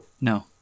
No